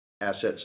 assets